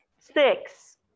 six